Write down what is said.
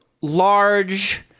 large